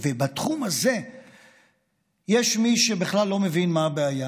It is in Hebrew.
ובתחום הזה יש מי שבכלל לא מבין מה הבעיה,